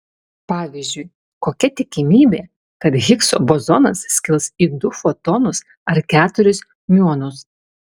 pavyzdžiui kokia tikimybė kad higso bozonas skils į du fotonus ar keturis miuonus